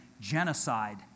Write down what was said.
genocide